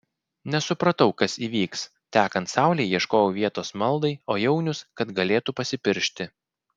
nesupratau kas įvyks tekant saulei ieškojau vietos maldai o jaunius kad galėtų pasipiršti